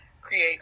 create